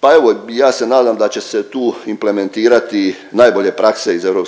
pa evo ja se nadam da će se tu implementirati najbolje prakse iz EU